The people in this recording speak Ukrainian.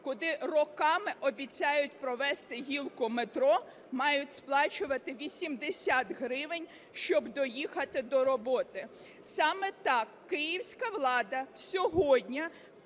куди роками обіцяють провести гілку метро, мають сплачувати 80 гривень, щоб доїхати до роботи. Саме так київська влада сьогодні,